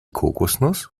kokosnuss